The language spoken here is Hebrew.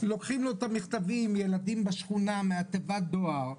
לוקחים לו את המכתבים ילדים מהשכונה מתיבת הדואר,